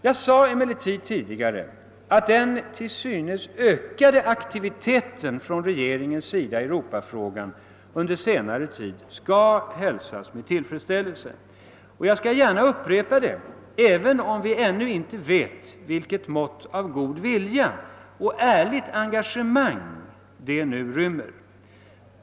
Jag sade emellertid tidigare att den till synes ökade aktiviteten från regeringens sida i Europafrågan under senare tid skall hälsas med tillfredsställelse. Jag skall gärna upprepa det även om vi ännu inte vet vilket mått av god vilja och ärligt engagemang den rymmer.